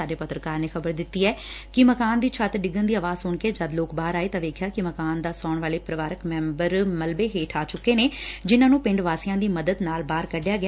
ਸਾਡੇ ਪੱਤਰਕਾਰ ਨੇ ਖ਼ਬਰ ਦਿੱਡੀ ਐ ਕਿ ਮਕਾਨ ਦੀ ਛੱਤ ਡਿੱਗਣ ਦੀ ਆਵਾਜ਼ ਸੁਣ ਕੇ ਜਦ ਲੋਕ ਬਾਹਰ ਆਏ ਤਾਂ ਦੇਖਿਆ ਕਿ ਮਕਾਨ ਚ ਸੌਣ ਵਾਲੇ ਪਰਿਵਾਰਕ ਮੈਂਬਰ ਮਲਬੇ ਹੇਠਾਂ ਆ ਚੁੱਕੇ ਸਨ ਜਿਨਾਂ ਨੂੰ ਪਿੰਡ ਵਾਸੀਆਂ ਦੀ ਮਦਦ ਨਾਲ ਬਾਹਰ ਕੱਢਿਆ ਗਿਆ